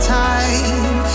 time